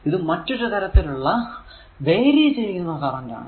ഇത് മറ്റൊരു തരത്തിലുള്ള വേരി ചെയ്യുന്ന കറന്റ് ആണ്